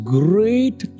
great